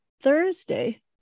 Thursday